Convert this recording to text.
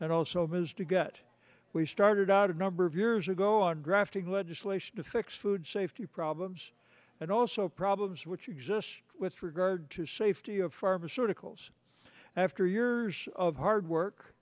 and also has to get we started out a number of years ago on drafting legislation to fix food safety problems and also problems which exists with regard to safety of pharmaceuticals after years of hard work